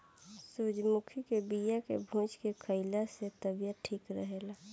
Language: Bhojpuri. सूरजमुखी के बिया के भूंज के खाइला से तबियत ठीक रहेला